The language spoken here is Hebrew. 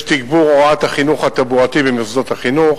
יש תגבור הוראת החינוך התעבורתי במוסדות החינוך,